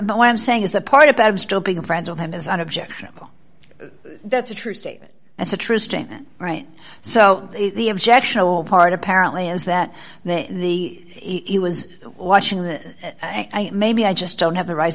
what i'm saying is the part about him still being friends with him is unobjectionable that's a true statement that's a true statement right so the objection part apparently is that the he was watching that maybe i just don't have the right